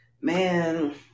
Man